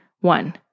One